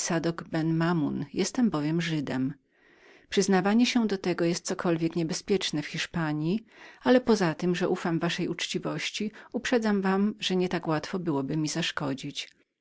ben mamoun jestem bowiem żydem wyznanie tego rodzaju jest cokolwiek niebezpiecznem w hiszpanji ale oprócz że ufam waszej uczciwości uprzedzam was że nie tak łatwo byłoby mi zaszkodzić